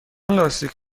لاستیک